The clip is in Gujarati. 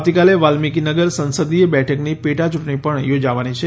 આવતીકાલે વાલ્મીકીનગર સંસદીય બેઠકરની પેટાયૂંટણી પણ યોજાવાની છે